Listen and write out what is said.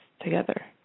together